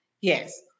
Yes